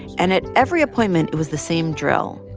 and at every appointment, it was the same drill.